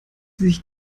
sich